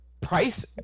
Price